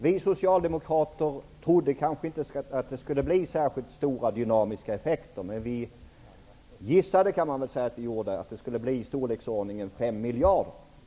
Vi socialdemokrater trodde nog inte att det skulle bli särskilt stora dynamiska effekter. Vi gissade, kan man väl säga, att de skulle bli i storleksordningen 5 miljarder.